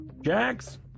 Jax